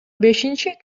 бешинчи